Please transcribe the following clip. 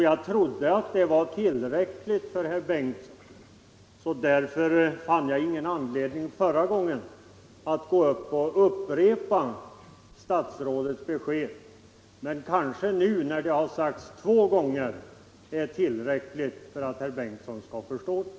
Jag trodde att det var tillräckligt för herr Bengtsson, och därför fann jag förra gången ingen anledning att upprepa statsrådets besked. När det nu har sagts två gånger kanske det är tillräckligt för att herr Bengtsson skall förstå det här.